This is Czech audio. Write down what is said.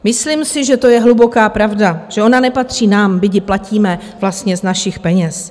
Myslím si, že to je hluboká pravda, že ona nepatří nám, byť ji platíme vlastně z našich peněz.